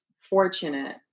fortunate